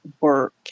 work